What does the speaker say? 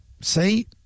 See